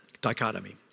dichotomy